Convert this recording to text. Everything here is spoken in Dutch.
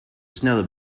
snelle